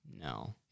No